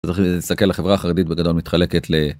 תסתכל, החברה החרדית בגדול מתחלקת ל...